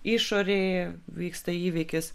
išorėj vyksta įvykis